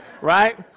right